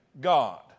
God